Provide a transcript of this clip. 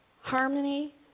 Harmony